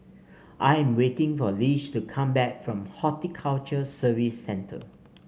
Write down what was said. I am waiting for Lish to come back from Horticulture Services Centre